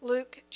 Luke